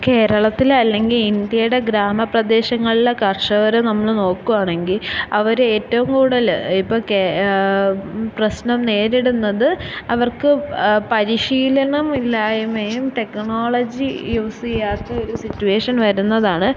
കേരളത്തിലെ അല്ലെങ്കിൽ ഇന്ത്യയുടെ ഗ്രാമപ്രദേശങ്ങളിലുള്ള കർഷകരെ നമ്മള് നോക്കുവാണങ്കിൽ അവരേറ്റവും കൂടുതല് ഇപ്പം കേ പ്രശ്നം നേരിടുന്നത് അവർക്ക് പരിശീലനം ഇല്ലായ്മയും ടെക്കനോളജി യൂസ് ചെയ്യാത്ത ഒര് സിറ്റുവേഷൻ വരുന്നതാണ്